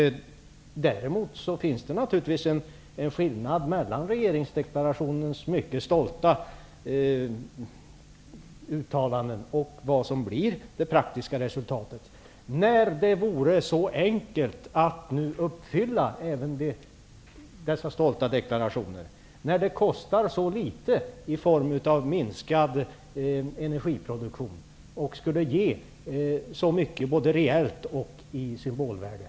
Däremot finns det naturligtvis en skillnad mellan regeringsdeklarationens mycket stolta uttalanden och det som blir det praktiska resultatet. Det vore ju så enkelt att nu uppfylla även dessa stolta deklarationer, eftersom det kostar så litet i form av minskad energiproduktion och skulle ge så mycket, både reellt och i symbolvärde.